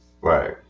right